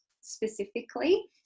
specifically